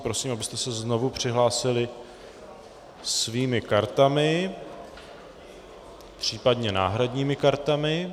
Prosím, abyste se znovu přihlásili svými kartami, případně náhradními kartami.